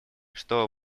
что